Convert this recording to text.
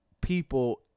people